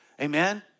Amen